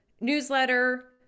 newsletter